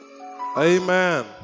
Amen